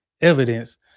evidence